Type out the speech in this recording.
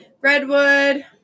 Redwood